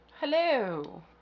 hello